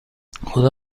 خدا